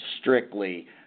strictly